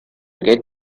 get